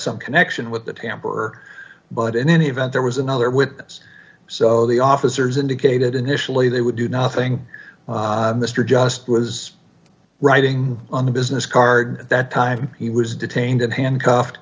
some connection with the tamper but in any event there was another witness so the officers indicated initially they would do nothing mr just was writing on a business card at that time he was detained and handcuffed